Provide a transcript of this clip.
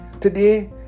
Today